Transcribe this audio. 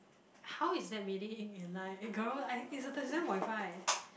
how is that meaning in in life a girl I it's a thirty seven point five